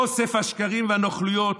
אוסף השקרים והנוכלויות.